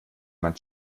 man